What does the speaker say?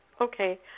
okay